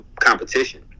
competition